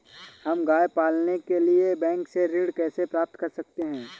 हम गाय पालने के लिए बैंक से ऋण कैसे प्राप्त कर सकते हैं?